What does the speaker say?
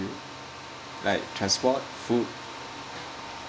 like transport food